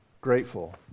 grateful